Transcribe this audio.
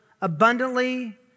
abundantly